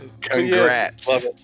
congrats